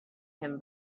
him